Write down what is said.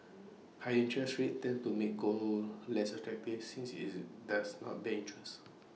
higher interest rates tend to make gold less attractive since is does not bear interest